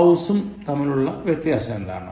homeഉം house ഉം തമിലുള്ള വ്യത്യാസം എന്താണ്